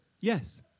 yes